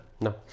No